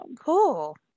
Cool